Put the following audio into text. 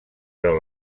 però